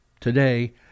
today